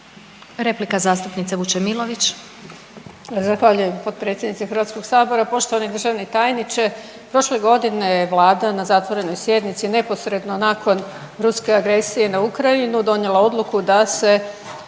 Replika zastupnice Vučemilović.